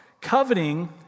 Coveting